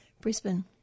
Brisbane